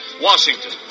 Washington